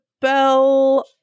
bell